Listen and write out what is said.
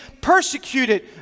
persecuted